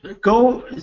go